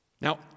Now